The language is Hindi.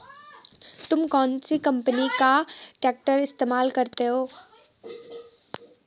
तुम कौनसी कंपनी का ट्रैक्टर इस्तेमाल करते हो?